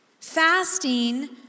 Fasting